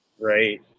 right